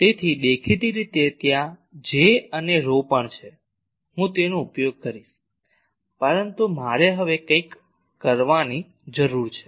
તેથી દેખીતી રીતે ત્યાં J અને ρ પણ છે હું તેનો ઉપયોગ કરીશ પરંતુ મારે હવે કંઈક કરવાની જરૂર છે